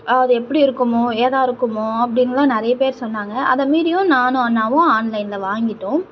அது எப்படி இருக்குமோ ஏதாக இருக்குமோ அப்படினுலாம் நிறைய பேர் சொன்னாங்க அதை மீறியும் நானும் அண்ணாவும் ஆன்லைனில் வாங்கிவிட்டோம்